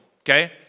Okay